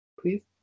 Please